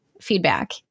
feedback